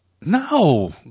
No